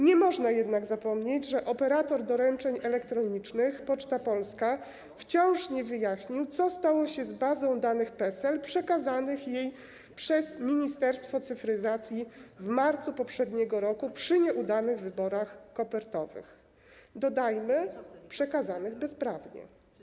Nie można jednak zapomnieć, że operator doręczeń elektronicznych, Poczta Polska, wciąż nie wyjaśnił, co stało się z bazą danych PESEL przekazanych jej przez Ministerstwo Cyfryzacji w marcu poprzedniego roku, przy nieudanych wyborach kopertowych, dodajmy, przekazanych bezprawnie.